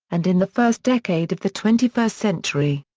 and in the first decade of the twenty first century.